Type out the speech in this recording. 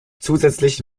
zusätzlich